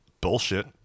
bullshit